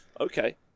Okay